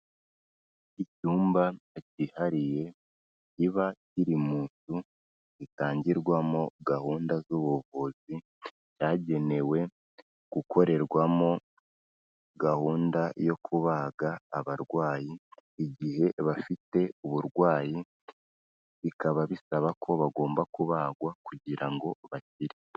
Icyumba cyihariye kiba kiri mu nzu itangirwamo gahunda z'ubuvuzi, cyagenewe gukorerwamo gahunda yo kubaga abarwayi igihe bafite uburwayi, bikaba bisaba ko bagomba kubagwa kugira ngo bakire.